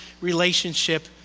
relationship